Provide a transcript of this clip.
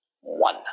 One